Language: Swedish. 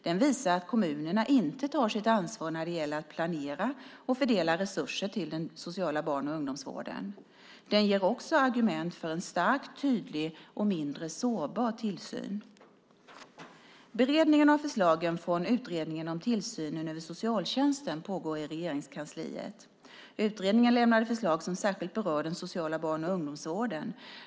Den visar att kommunerna inte tar sitt ansvar när det gäller att planera och fördela resurser till den sociala barn och ungdomsvården. Den ger också argument för en stark, tydlig och mindre sårbar tillsyn. Beredningen av förslagen från Utredningen om tillsynen över socialtjänsten pågår i Regeringskansliet. Utredningen lämnade förslag som särskilt berör den sociala barn och ungdomsvården.